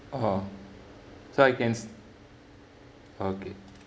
orh so I can sa~ okay